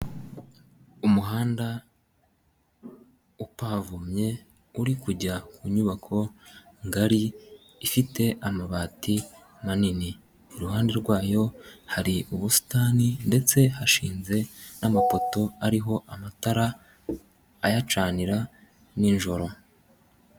Umuhanda upavomye uri kujya ku nyubako ngari ifite amabati manini, iruhande rwayo hari ubusitani ndetse hashinze n'amapoto ariho amatara ayacanira nijoro.